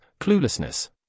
cluelessness